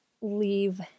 leave